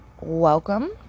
welcome